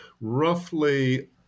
roughly